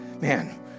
Man